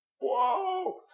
Whoa